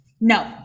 No